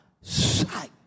sight